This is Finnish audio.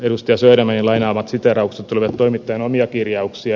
södermanin lainaamat siteeraukset olivat toimittajan omia kirjauksia